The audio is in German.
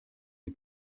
den